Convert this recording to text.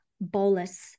bolus